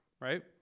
Right